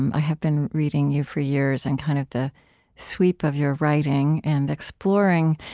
um i have been reading you for years, and kind of the sweep of your writing and exploring,